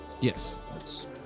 Yes